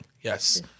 yes